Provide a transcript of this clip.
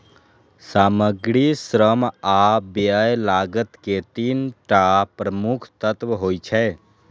सामग्री, श्रम आ व्यय लागत के तीन टा प्रमुख तत्व होइ छै